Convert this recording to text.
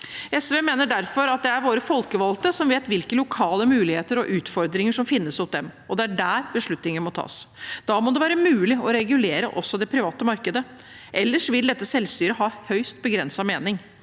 SV mener derfor at det er våre folkevalgte som vet hvilke lokale muligheter og utfordringer som finnes hos dem, og at det er der beslutningene må tas. Da må det være mulig å regulere også det private markedet, ellers vil dette selvstyret ha høyst begrenset mening.